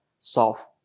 solve